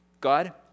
God